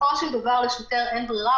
בסופו של דבר לשוטר אין ברירה,